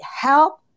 help